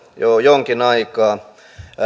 jo jonkin aikaa